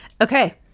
okay